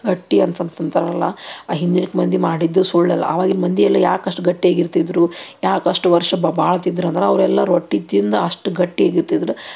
ಗಟ್ಟಿ ಅಂತಂತಂತಾರಲ್ಲ ಆ ಹಿಂದಿಕ್ ಮಂದಿ ಮಾಡಿದ್ದು ಸುಳ್ಳಲ್ಲ ಅವಾಗಿನ ಮಂದಿ ಎಲ್ಲ ಯಾಕೆ ಅಷ್ಟು ಗಟ್ಟಿಯಾಗಿರ್ತಿದ್ದರು ಯಾಕೆ ಅಷ್ಟು ವರ್ಷ ಬಾಳ್ತಿದ್ರು ಅಂದ್ರೆ ಅವರೆಲ್ಲ ರೊಟ್ಟಿ ತಿಂದು ಅಷ್ಟು ಗಟ್ಟಿಯಾಗಿರ್ತಿದ್ರು